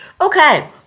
Okay